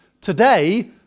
Today